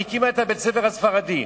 הקימה את בית-הספר הספרדי.